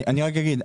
אני רק אגיד,